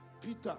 Peter